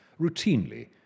routinely